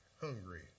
hungry